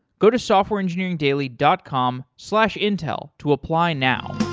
go to softwareengineeringdaily dot com slash intel to apply now.